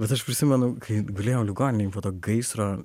bet aš prisimenu kai gulėjau ligoninėj po to gaisro